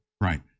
Right